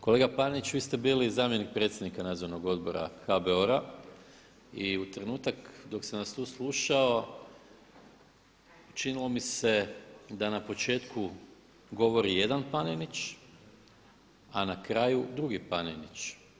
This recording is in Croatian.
Kolega Panenić vi ste bili zamjenik predsjednika Nadzornog odbora HBOR-a i u trenutku dok sam vas tu slušao učinilo mi se da na početku govori jedan Panenić, a na kraju drugi Panenić.